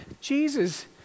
Jesus